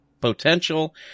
potential